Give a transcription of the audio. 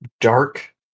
dark